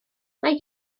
mae